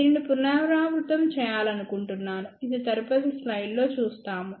దీనిని పునరావృతం చేయాలనుకుంటున్నాను ఇది తదుపరి స్లైడ్లో చూస్తాము